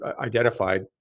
identified